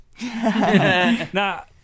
Now